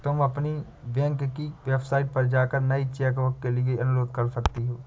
तुम अपनी बैंक की वेबसाइट पर जाकर नई चेकबुक के लिए अनुरोध कर सकती हो